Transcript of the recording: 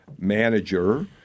manager